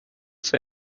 zur